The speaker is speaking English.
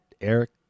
Eric